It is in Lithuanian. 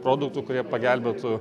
produktų kurie pagelbėtų